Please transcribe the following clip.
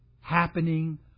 Happening